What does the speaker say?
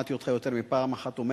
ושמעתי אותך יותר מפעם אחת אומר